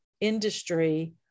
industry